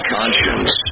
conscience